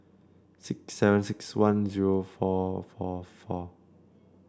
six seven six one zero four four four